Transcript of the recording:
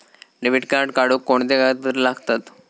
Debit card काढुक कोणते कागदपत्र लागतत?